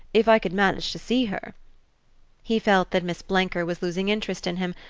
if i could manage to see her he felt that miss blenker was losing interest in him,